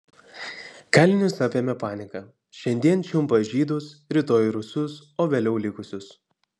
kalinius apėmė panika šiandien čiumpa žydus rytoj rusus o vėliau likusius